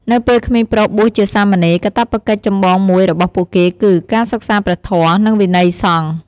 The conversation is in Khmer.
នៅពេលក្មេងប្រុសបួសជាសាមណេរ កាតព្វកិច្ចចម្បងមួយរបស់ពួកគេគឺ ការសិក្សាព្រះធម៌ និងវិន័យសង្ឃ។